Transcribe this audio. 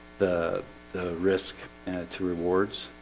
the the risk to rewards,